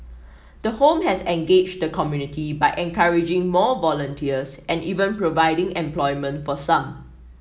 the home has engaged the community by encouraging more volunteers and even providing employment for some